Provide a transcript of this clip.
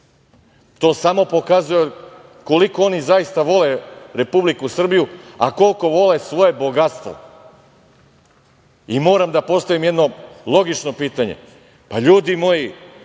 samo pokazuje koliko oni zaista vole Republiku Srbiju, a koliko vole svoje bogatstvo. Moram da postavim jedno logično pitanje, pa, ljudi moji